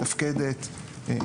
מתפקדת,